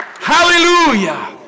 Hallelujah